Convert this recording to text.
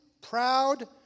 proud